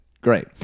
great